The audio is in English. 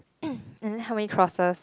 and then how many crosses